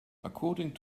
according